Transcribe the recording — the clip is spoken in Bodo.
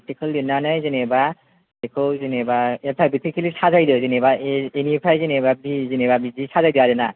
आरटिकेल लिरनानै जेनोबा बेखौ जेनोबा एलफाबेटिकेलि साजायदो जेनोबा ए एनिफ्राय बि जेनोबा बिदि साजायदो आरो ना